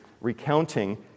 recounting